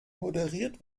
moderiert